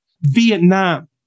Vietnam